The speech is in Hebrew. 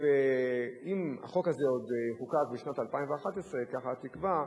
אם החוק הזה יחוקק עוד בשנת 2011, וזאת התקווה,